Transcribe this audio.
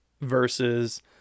versus